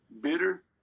bitter